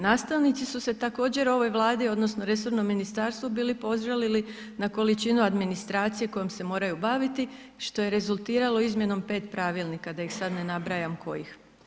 Nastavnici su se također ovoj Vladi odnosno resornom ministarstvu bili požalili na količinu administracije kojom se moraju baviti što je rezultiralo izmjenom 5 pravilnika da ih sad ne nabrajam kojih.